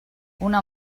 una